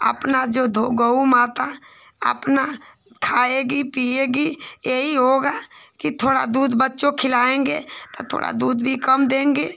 अपना जो गऊ माता अपना खाएँगी पिएँगी यही होगा कि थोड़ा दूध बच्चे खिलाएँगे तो थोड़ा दूध भी कम देंगी